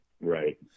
Right